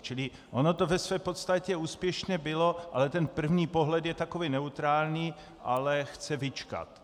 Čili ono to ve své podstatě úspěšné bylo, ale ten první pohled je takový neutrální, ale chce vyčkat.